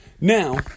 now